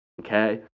okay